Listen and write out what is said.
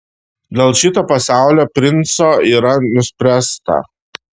dėl šito pasaulio princo yra nuspręsta